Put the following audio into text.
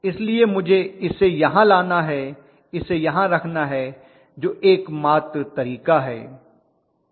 इसलिए मुझे इसे यहां लाना है इसे यहां रखना है जो एकमात्र तरीका है